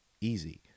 easy